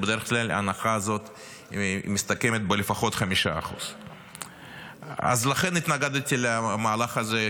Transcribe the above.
ובדרך כלל ההנחה הזאת מסתכמת בלפחות 5%. לכן התנגדתי למהלך הזה,